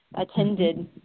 attended